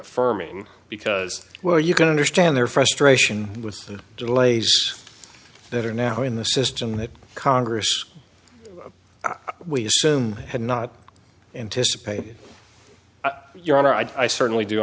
affirming because well you can understand their frustration and delays that are now in the system that congress we assume had not anticipated your honor i certainly do